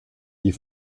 die